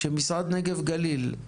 שמשרד נגב-גליל,